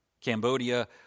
Cambodia